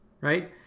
right